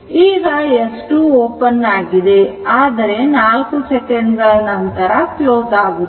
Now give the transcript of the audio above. ಈಗ S 2 open ಆಗಿದೆ ಆದರೆ 4 second ನಂತರ ಕ್ಲೋಸ್ ಆಗುತ್ತದೆ